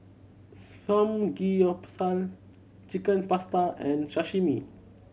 Samgeyopsal Chicken Pasta and Sashimi